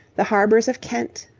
the harbours of kent,